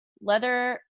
leather